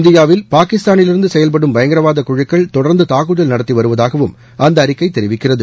இந்தியாவில் பாகிஸ்தானிலிருந்து செயல்படும் பயங்கரவாத குழுக்கள் தொடர்ந்து தாக்குதல் நடத்தி வருவதாகவும அந்த அறிக்கை தெரிவிக்கிறது